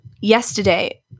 yesterday